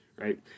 right